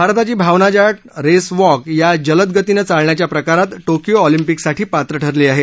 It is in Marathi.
भारताची भावना जाट रेस वॉक या जलदगतीनं चालण्याच्या प्रकारात टोकियो अॅलिम्पिकसाठी पात्र ठरली आहे